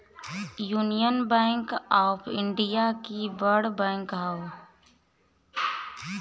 union bank of India भी बड़ bank हअ